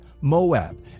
Moab